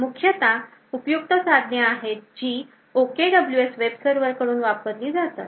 मुख्यता उपयुक्त साधने आहेत जी OKWS वेब सर्वर कडून वापरली जातात